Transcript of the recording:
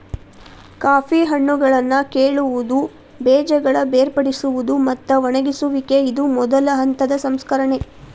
coffee ಹಣ್ಣುಗಳನ್ನಾ ಕೇಳುವುದು, ಬೇಜಗಳ ಬೇರ್ಪಡಿಸುವುದು, ಮತ್ತ ಒಣಗಿಸುವಿಕೆ ಇದು ಮೊದಲ ಹಂತದ ಸಂಸ್ಕರಣೆ